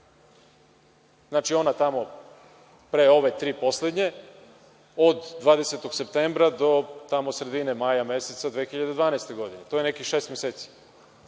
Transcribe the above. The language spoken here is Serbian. znači, ona tamo pre ove, tri poslednje, od 20. septembra do sredine maja meseca 2012. godine, to je nekih šest meseci.